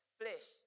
flesh